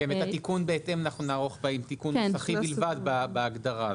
את התיקון בהתאם אנחנו נערוך בתיקון נוסחי בלבד בהגדרה.